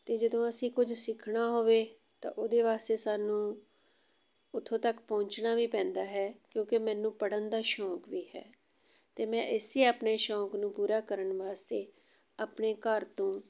ਅਤੇ ਜਦੋਂ ਅਸੀਂ ਕੁਝ ਸਿੱਖਣਾ ਹੋਵੇ ਤਾਂ ਉਹਦੇ ਵਾਸਤੇ ਸਾਨੂੰ ਉੱਥੋਂ ਤੱਕ ਪਹੁੰਚਣਾ ਵੀ ਪੈਂਦਾ ਹੈ ਕਿਉਂਕਿ ਮੈਨੂੰ ਪੜ੍ਹਨ ਦਾ ਸ਼ੌਕ ਵੀ ਹੈ ਅਤੇ ਮੈਂ ਇਸੇ ਆਪਣੇ ਸ਼ੌਕ ਨੂੰ ਪੂਰਾ ਕਰਨ ਵਾਸਤੇ ਆਪਣੇ ਘਰ ਤੋਂ